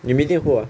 你 meeting who ah